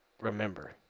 remember